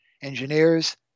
engineers